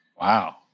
wow